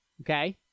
Okay